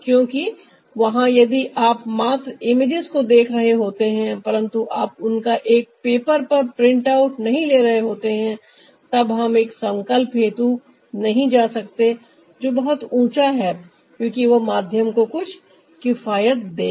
क्योंकि वहां यदि आप मात्र इमेजेस को देख रहे होते है परन्तु आप उनका एक पेपर पर प्रिंट आउट नहीं ले रहे होते है तब हम एक संकल्प हेतु नहीं जा सकते जो बहुत ऊंचा है क्योंकि वह माध्यम को कुछ किफायत देगा